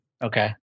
Okay